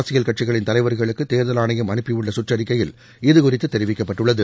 அரசியல் கட்சிகளின் தலைவர்களுக்கு தேர்தல் ஆணையம் அனுப்பியுள்ள கற்றறிக்கையில் இது குறித்து தெரிவிக்கப்பட்டுள்ளது